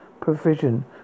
provision